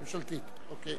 אדוני היושב-ראש,